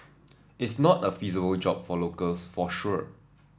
is not a feasible job for locals for sure